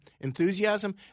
enthusiasm